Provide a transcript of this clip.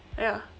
ya